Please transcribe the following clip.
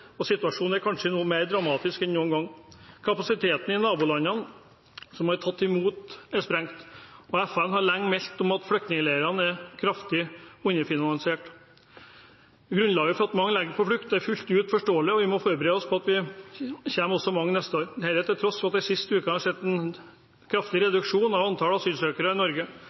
og situasjonen er kanskje nå mer dramatisk enn noen gang. Kapasiteten i nabolandene som har tatt imot, er sprengt. FN har lenge meldt om at flyktningleirene er kraftig underfinansiert. Grunnlaget for at mange legger på flukt, er fullt ut forståelig, og vi må forberede oss på at det kommer mange også neste år – dette til tross for at vi den siste uken har sett en kraftig reduksjon av antall asylsøkere i Norge.